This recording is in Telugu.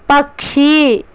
పక్షి